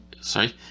sorry